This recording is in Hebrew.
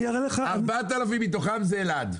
4,000 מתוכן זה אלעד.